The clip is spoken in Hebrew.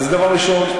אז דבר ראשון,